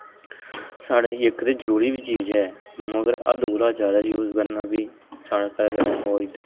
साढ़े लेई इक एह् जरूरी बी चीज ऐ मगर हद्द कोला जैदा यूज करना बी साढ़े आस्तै ओह् होई दा